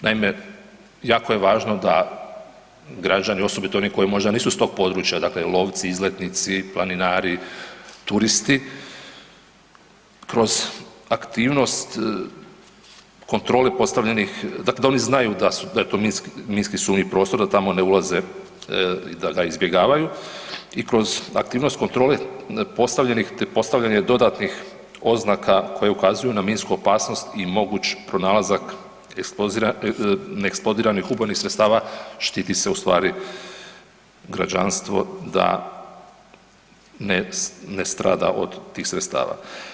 Naime, jako je važno da građani i osobe i to oni koji možda nisu s tog područja, dakle lovci, izletnici, planinari, turisti kroz aktivnost kontrole postavljenih dakle da oni znaju da je to minski sumnjivi prostor da tamo ne ulaze i da izbjegavaju i kroz aktivnost kontrole postavljenih te postavljanje dodatnih oznaka koje ukazuju na minsku opasnost i moguć pronalazak NUS-a štiti se ustvari građanstvo da ne strada od tih sredstava.